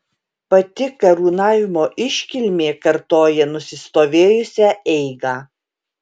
pati karūnavimo iškilmė kartoja nusistovėjusią eigą